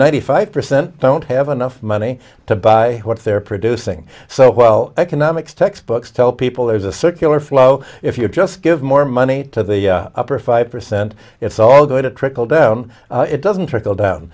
ninety five percent don't have enough money to buy what they're producing so while economics textbooks tell people there's a circular flow if you're just give more money to the upper five percent it's all going to trickle down it doesn't trickle down